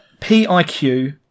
P-I-Q